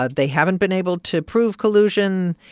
ah they haven't been able to prove collusion.